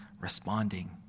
responding